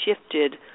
shifted